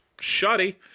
shoddy